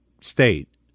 state